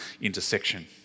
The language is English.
intersection